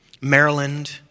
Maryland